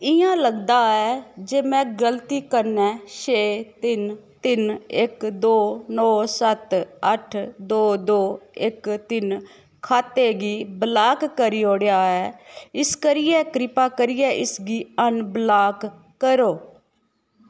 इ'यां लगदा ऐ जे में गलती कन्नै छे तिन तिन इक दो नौ सत्त अट्ठ दो दो इक तिन खाते गी ब्लाक करी ओड़ेआ ऐ इस करियै कृपा करियै इसगी अनब्लाक करो